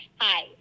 Hi